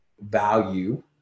value